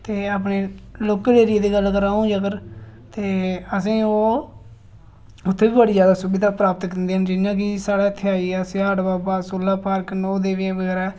ते अपने local area दी गल्ल करां अगर ते असेंगी ओह् उत्थै बी बड़ी सुविधा प्राप्त करनियां जि'यां कि साढ़े इत्थै आई गेआ सियाढ़ बाबा सूला पार्क नौ देवियां बगैरा